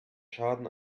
schaden